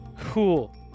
Cool